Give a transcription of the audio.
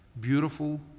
beautiful